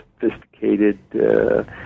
sophisticated